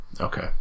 Okay